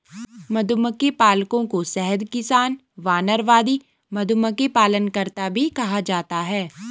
मधुमक्खी पालकों को शहद किसान, वानरवादी, मधुमक्खी पालनकर्ता भी कहा जाता है